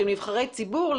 שהם נבחרי ציבור,